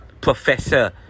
Professor